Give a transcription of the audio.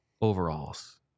overalls